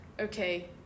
okay